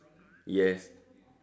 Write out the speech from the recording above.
yes